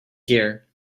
here